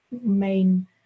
main